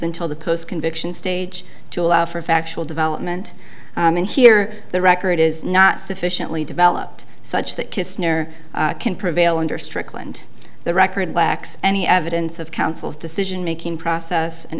until the post conviction stage to allow for factual development and here the record is not sufficiently developed such that kisner can prevail under strickland the record lacks any evidence of council's decision making process in